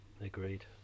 Agreed